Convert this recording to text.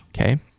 Okay